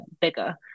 bigger